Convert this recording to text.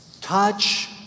touch